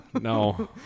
No